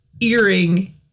earring